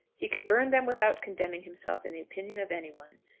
he could burn them without condemning himself in the opinion of any one.